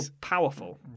powerful